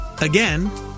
Again